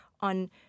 on